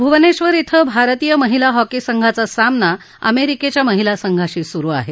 भुवनेश्वर क्रिं भारतीय महिला हॉकी संघाचा सामना अमेरिकेच्या महिला संघाशी सुरु आहे